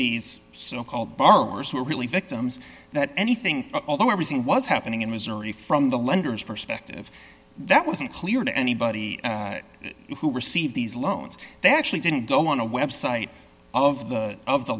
these so called borrowers who were really victims that anything although everything was happening in missouri from the lenders perspective that wasn't clear to anybody who received these loans they actually didn't go on a website of the of the